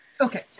Okay